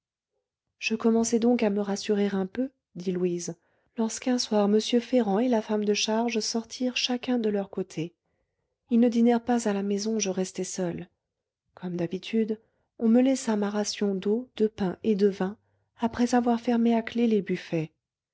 je commençais donc à me rassurer un peu dit louise lorsqu'un soir m ferrand et la femme de charge sortirent chacun de leur côté ils ne dînèrent pas à la maison je restai seule comme d'habitude on me laissa ma ration d'eau de pain et de vin après avoir fermé à clef les buffets